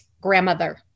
grandmother